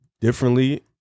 differently